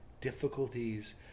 difficulties